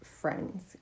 friends